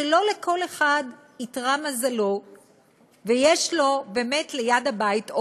שלא לכל אחד התמזל מזלו ויש לו באמת ליד הבית או